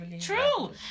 true